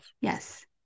Yes